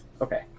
Okay